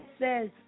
says